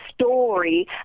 story